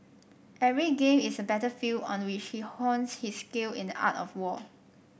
every game is a battlefield on which he hones his skill in the art of war